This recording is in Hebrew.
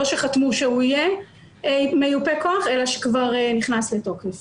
לא שחתמו שהוא יהיה מיופה כוח אלא שכבר נכנס לתוקף